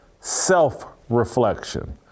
self-reflection